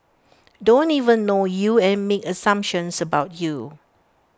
don't even know you and make assumptions about you